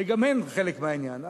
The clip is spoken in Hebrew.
גם הן חלק מהעניין.